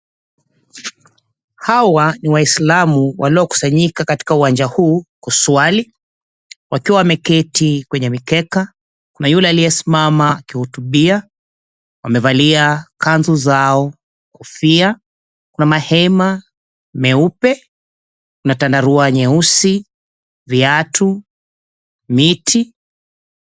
Hawa ni waislamu wanaokusanyika katika uwanja huu kuswali, wakiwa wameketi kwenye mikeka. Kuna yule aliyesimama akihutubia, wamevalia kanzu zao, kofia. Kuna mahema meupe na tandarua nyeusi, viatu, miti.